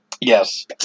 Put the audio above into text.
Yes